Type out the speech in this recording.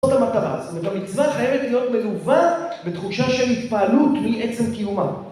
זאת המטרה, זאת אומרת המצווה חייבת להיות מלווה בתחושה של התפעלות מעצם קיומה.